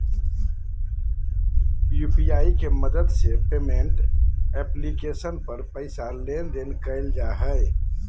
UPI के मदद से पेमेंट एप्लीकेशन पर पैसा लेन देन कइल जा हइ